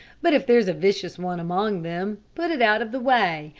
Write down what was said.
but if there's a vicious one among them, put it out of the way,